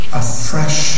afresh